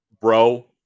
Bro